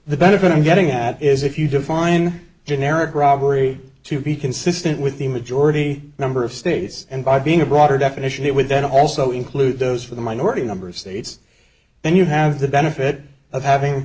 the benefit i'm getting at is if you define generic robbery to be consistent with the majority number of states and by being a broader definition it would then also include those for the minority number of states then you have the benefit of having